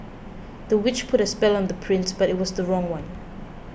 the witch put a spell on the prince but it was the wrong one